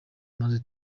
maze